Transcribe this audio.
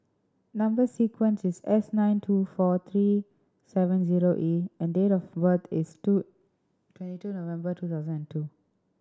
number sequence is S nine two four three seven zero E and date of birth is two twenty two November two thousand and two